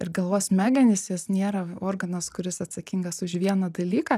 ir galvos smegenys jis nėra organas kuris atsakingas už vieną dalyką